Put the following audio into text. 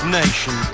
nation